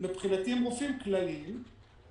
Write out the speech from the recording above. מבחינתי הם רופאים כלליים,